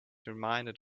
reminded